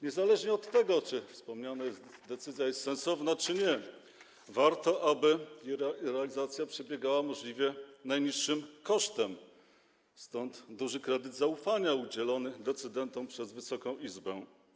Niezależnie od tego, czy wspomniana decyzja jest sensowna, czy nie, warto, aby jej realizacja przebiegała możliwie najniższym kosztem, stąd duży kredyt zaufania udzielony decydentom przez Wysoką Izbę.